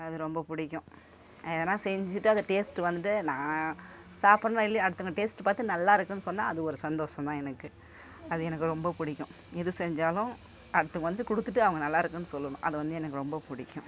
அது ரொம்ப பிடிக்கும் எதனால் செஞ்சுட்டு அதை டேஸ்ட்டு வந்து நான் சாப்பிட்றோனோ இல்லையோ அடுத்தவங்க டேஸ்ட் பார்த்து நல்லா இருக்குதுன்னு சொன்னால் அது ஒரு சந்தோஷம்தான் எனக்கு அது எனக்கு ரொம்ப பிடிக்கும் எது செஞ்சாலும் அடுத்தவங்க வந்து கொடுத்துட்டு அவங்க நல்லா இருக்குதுன்னு சொல்லணும் அது வந்து எனக்கு ரொம்ப பிடிக்கும்